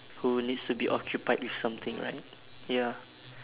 who will needs to be occupied with something right ya